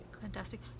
Fantastic